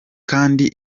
kandi